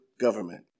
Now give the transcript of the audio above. government